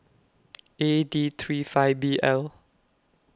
A D three five B L